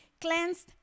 cleansed